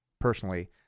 personally